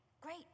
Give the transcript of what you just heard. great